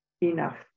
enough